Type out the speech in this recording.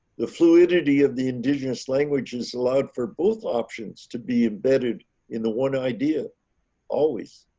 the fluidity of the indigenous languages allowed for both options to be embedded in the one idea always